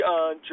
on